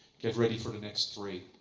get ready for the next three,